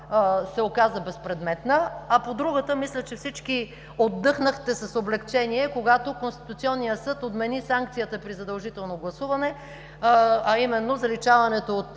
се оказа безпредметна. По другата мисля, че всички отдъхнахте с облекчение, когато Конституционният съд отмени санкцията при задължително гласуване, а именно заличаването от